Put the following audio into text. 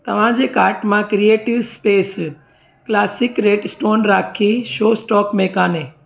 तव्हांजे कार्ट मां creative space classic red stone राखी छो स्टॉक में कोन्हे